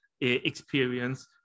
experience